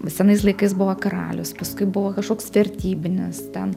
senais laikais buvo karalius paskui buvo kažkoks vertybinis ten